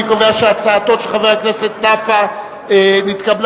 אני קובע שהצעתו של חבר הכנסת נפאע נתקבלה